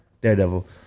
Daredevil